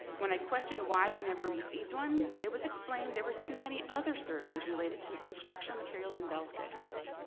when i questioned why we never received one, it was explained there were too many other surveys related to instructional materials and bell schedules.